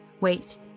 wait